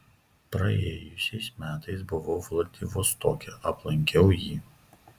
praėjusiais metais buvau vladivostoke aplankiau jį